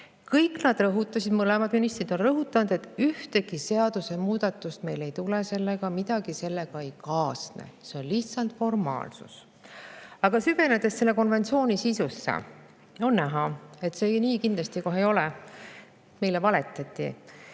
lihtsalt formaalsus. Mõlemad ministrid on rõhutanud, et ühtegi seadusemuudatust meil ei tule sellega, midagi sellega ei kaasne, see on lihtsalt formaalsus. Aga süvenedes selle konventsiooni sisusse, on näha, et see nii kindlasti ei ole. Meile valetati.